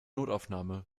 notaufnahme